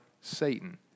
Satan